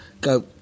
go